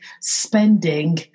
spending